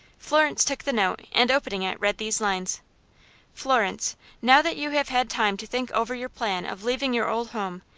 florence took the note, and, opening it, read these lines florence now that you have had time to think over your plan of leaving your old home,